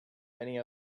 many